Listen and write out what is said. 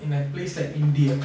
in a place like india